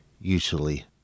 usually